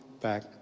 back